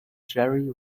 jerry